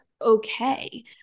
okay